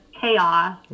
chaos